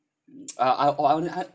I I wouldn't I